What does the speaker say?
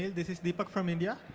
this is deepak from india,